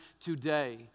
today